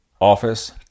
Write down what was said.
office